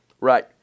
Right